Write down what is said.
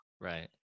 Right